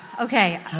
Okay